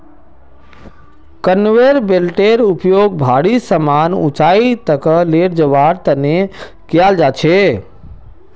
conveyor बेल्टेर उपयोग भारी समान ऊंचाई तक ले जवार तने कियाल जा छे